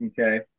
Okay